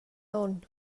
onn